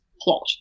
plot